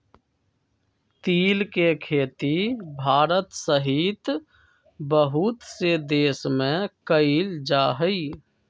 तिल के खेती भारत सहित बहुत से देश में कइल जाहई